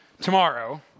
tomorrow